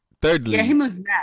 thirdly